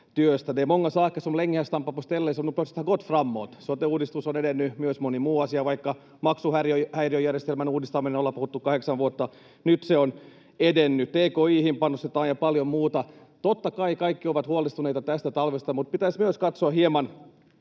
Sote-uudistus on edennyt, myös moni muu asia. Vaikkapa maksuhäiriöjärjestelmän uudistamisesta ollaan puhuttu kahdeksan vuotta, nyt se on edennyt. Tki:hin panostetaan, ja paljon muuta. Totta kai kaikki ovat huolestuneita tästä talvesta, mutta pitäisi myös katsoa hieman